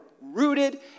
rooted